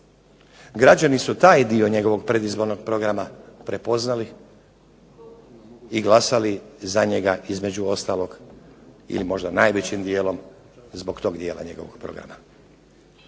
Građani su taj dio njegovog predizbornog programa prepoznali i glasali za njega između ostalog ili možda najvećim dijelom zbog tog dijela njegovog programa.